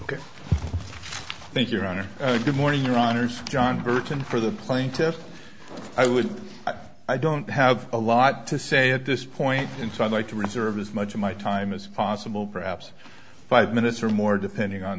i think your honor good morning your honors john burton for the plaintiffs i would i don't have a lot to say at this point in so i like to reserve as much of my time as possible perhaps five minutes or more depending on